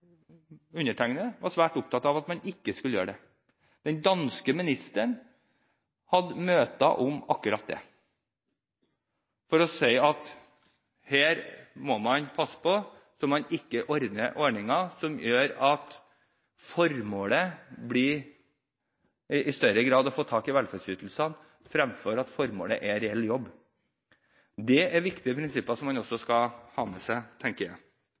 man ikke skulle gjøre det. Den danske ministeren hadde møter om akkurat det, for å si at her må man passe på at man ikke lager ordninger som gjør at formålet blir i større grad å få tak i velferdsytelsene fremfor at formålet er reell jobb. Jeg tenker det er viktige prinsipper man også skal ha med seg. Derfor har jeg